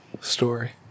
story